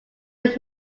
moved